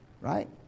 Right